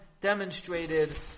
demonstrated